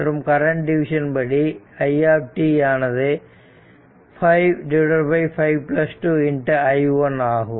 மற்றும் current division படி i t ஆனது 5 5 2 i 1 ஆகும்